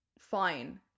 fine